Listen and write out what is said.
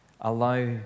Allow